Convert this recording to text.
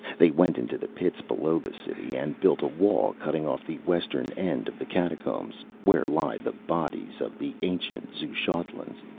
they went into the pits below the city and built a wall cutting off the western end of the catacombs, where lie the bodies of the ancient xuchotlans,